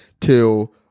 till